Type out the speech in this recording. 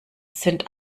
sind